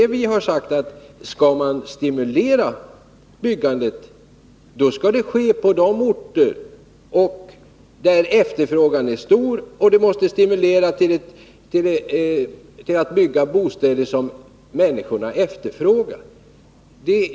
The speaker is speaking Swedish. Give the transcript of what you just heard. Vi har sagt att skall man stimulera byggandet skall det ske på de orter där efterfrågan är stor — man måste stimulera till att bygga bostäder som människorna efterfrågar.